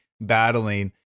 battling